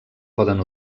poden